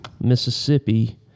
Mississippi